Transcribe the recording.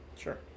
sure